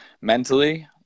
mentally